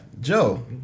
Joe